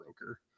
broker